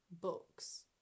books